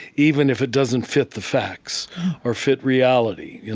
even if it doesn't fit the facts or fit reality.